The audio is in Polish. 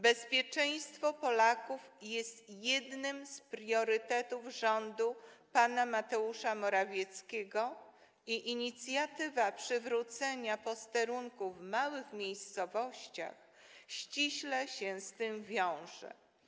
Bezpieczeństwo Polaków jest jednym z priorytetów rządu pana Mateusza Morawieckiego i inicjatywa przywrócenia posterunków w małych miejscowościach ściśle się z tym wiąże.